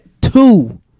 Two